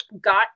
got